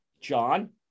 John